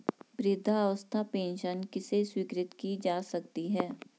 वृद्धावस्था पेंशन किसे स्वीकृत की जा सकती है?